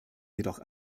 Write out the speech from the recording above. jedoch